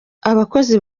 abakozi